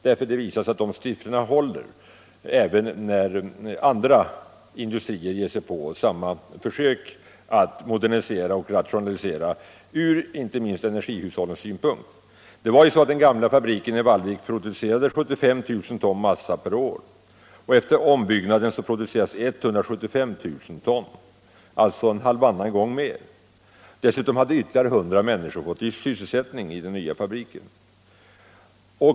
Det visar sig nämligen att de siffrorna håller ur energihushållningssynpunkt även när andra industrier ger sig på samma försök att modernisera och rationalisera. Den gamla fabriken i Vallvik producerade 75 000 ton massa per år. Efter ombyggnaden produceras 175 000 ton, alltså halvannan gång mer. Dessutom hade ytterligare 100 människor fått sysselsättning i den nya fabriken.